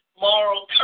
moral